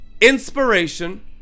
inspiration